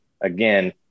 Again